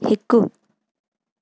हिकु